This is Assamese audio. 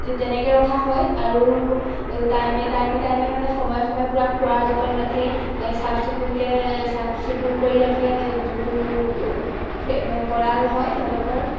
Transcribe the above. তেনেকৈ ৰখা হয় আৰু টাইমে টাইমে টাইমে মানে সময়ে সময়ে পুৰা খোৱাৰ যতন ৰাখে চাফ চিকুণকৈ চাফ চিকুণ কৰি ৰাখে যোনটো মানে গঁৰাল হয় তেওঁলোকৰ